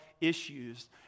issues